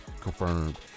confirmed